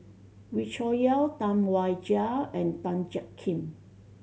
Wee Cho Yaw Tam Wai Jia and Tan Jiak Kim